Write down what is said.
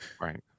right